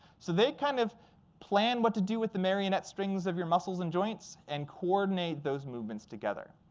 so they kind of plan what to do with the marionette strings of your muscles and joints and coordinate those movements together.